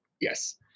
Yes